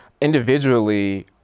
individually